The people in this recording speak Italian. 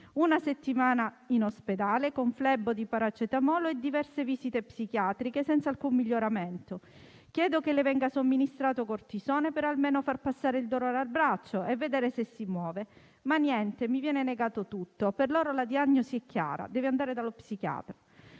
Una settimana in ospedale, con flebo di paracetamolo e diverse visite psichiatriche senza alcun miglioramento. Chiedo che le venga somministrato cortisone, almeno per far passare il dolore al braccio e vedere se si muove. Niente, mi viene negato tutto. Per loro la diagnosi è chiara: deve andare dallo psichiatra.